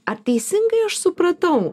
ar teisingai aš supratau